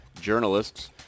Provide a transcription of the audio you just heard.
journalists